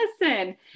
listen